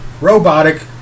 robotic